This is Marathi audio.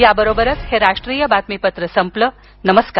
याबरोबरच हे राष्ट्रीय बातमीपत्र संपलं नमस्कार